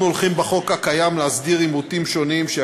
אנחנו הולכים להסדיר עיוותים שונים בחוק הקיים,